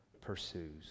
pursues